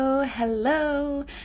Hello